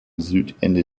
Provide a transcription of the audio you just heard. südende